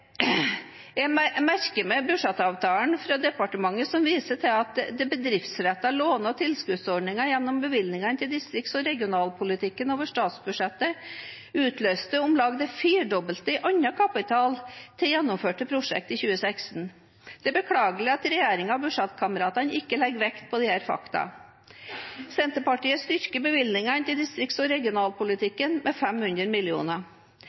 Jeg merker meg budsjettomtalen fra departementet, som viser til at de bedriftsrettede låne- og tilskuddsordningene gjennom bevilgningene til distrikts- og regionalpolitikken over statsbudsjettet utløste om lag det firedobbelte i annen kapital til gjennomførte prosjekter i 2016. Det er beklagelig at regjeringen og budsjettkameratene ikke legger vekt på disse faktaene. Senterpartiet styrker bevilgningene til distrikts- og